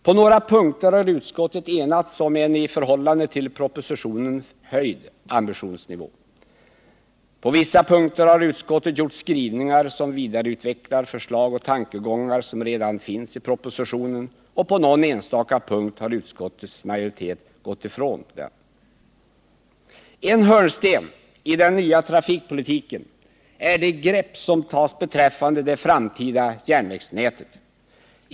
På några punkter har utskottet enats om en i förhållande till propositionen förhöjd ambitionsivå. På vissa punkter har utskottet gjort skrivningar som vidareutvecklar förslag och tankegångar som redan finns i propositionen, och på någon enstaka punkt har utskottets majoritet gått ifrån propositionen. En hörnsten i den nya trafikpolitiken är det grepp som tas beträffande det framtida järnvägsnätet.